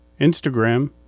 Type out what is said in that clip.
Instagram